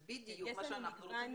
זה בדיוק מה שאנחנו רוצים לשמוע.